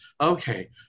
Okay